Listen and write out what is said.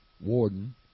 Warden